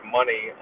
money